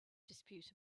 dispute